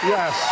Yes